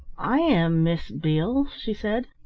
i am miss beale, she said.